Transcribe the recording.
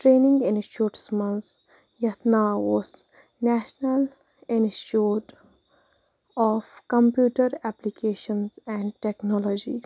training institutes منٛز یَتھ ناو اوس national institute of computer applications and technology